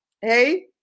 Hey